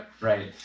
right